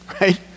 right